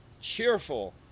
cheerful